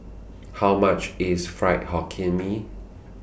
How much IS Fried Hokkien Mee